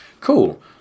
cool